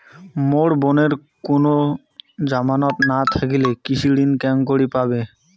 মোর বোনের কুনো জামানত না থাকিলে কৃষি ঋণ কেঙকরি পাবে?